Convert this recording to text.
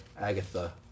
Agatha